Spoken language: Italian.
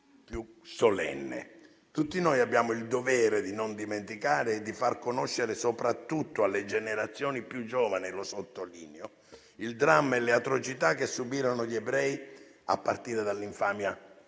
più solenne. Tutti noi abbiamo il dovere di non dimenticare e di far conoscere, soprattutto alle generazioni più giovani - lo sottolineo - il dramma e le atrocità che subirono gli ebrei a partire dall'infamia delle